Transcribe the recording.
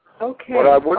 Okay